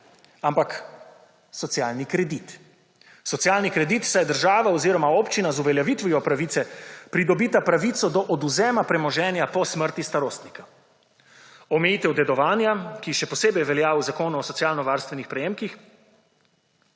ampak socialni kredit. Socialni kredit, saj država oziroma občina z uveljavitvijo pravice pridobita pravico do odvzema premoženja do smrti starostnika. Omejitev dedovanja, ki še posebej velja v Zakonu o socialno-varstvenih prejemkih